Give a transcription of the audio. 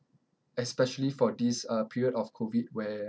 especially for this uh period of COVID where